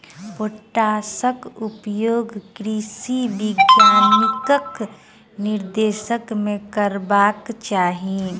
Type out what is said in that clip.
पोटासक उपयोग कृषि वैज्ञानिकक निर्देशन मे करबाक चाही